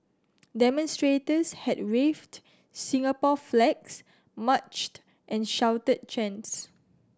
demonstrators had waved Singapore flags marched and shouted chants